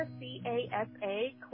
c-a-s-a